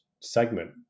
Segment